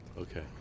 Okay